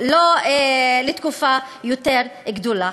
לא תקופה יותר ארוכה.